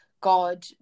God